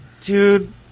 Dude